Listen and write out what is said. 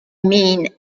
mean